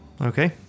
Okay